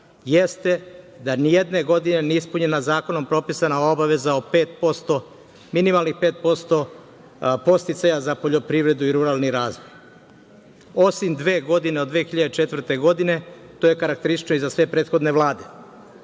jeste da nijedne godine nije ispunjena zakonom propisana obaveza o pet posto, minimalnih pet posto podsticaja za poljoprivredu i ruralni razvoj. Osim dve godine, od 2004. godine, to je krakteristično i za sve prethodne vlade.